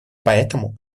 поэтому